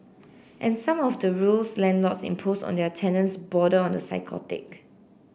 and some of the rules landlords impose on their tenants border on the psychotic